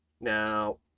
Now